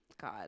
God